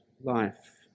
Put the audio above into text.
life